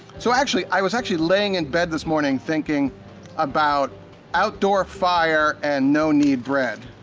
so actually, i was actually laying in bed this morning thinking about outdoor fire and no-knead bread.